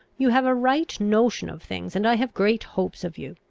you have a right notion of things, and i have great hopes of you.